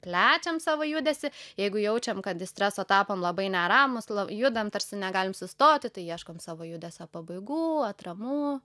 plečiam savo judesį jeigu jaučiam kad iš streso tapom labai neramūs judam tarsi negalime sustoti tai ieškom savo judesio pabaigų atramų